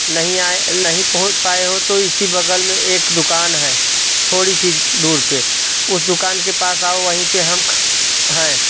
नहीं आये नहीं पहुँच पाए हो तो इसी बगल में एक दुकान है थोड़ी सी दूर पे उस दुकान के पास आओ वहीं पे हम हैं